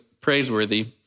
praiseworthy